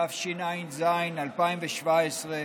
התשע"ז 2017,